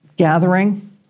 Gathering